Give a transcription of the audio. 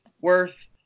worth